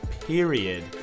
period